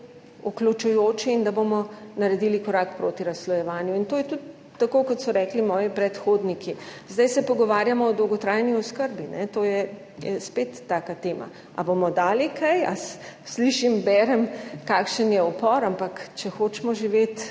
vključujoči in da bomo naredili korak proti razslojevanju. To je tudi, kot so rekli moji predhodniki, zdaj se pogovarjamo o dolgotrajni oskrbi, to je spet takšna tema, a bomo dali kaj, slišim, berem, kakšen je upor, ampak če hočemo živeti